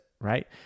right